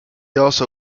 also